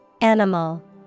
Animal